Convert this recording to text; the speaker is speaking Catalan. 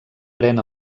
pren